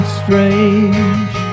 strange